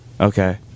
okay